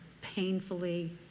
painfully